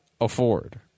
afford